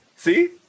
See